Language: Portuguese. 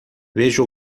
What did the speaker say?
veja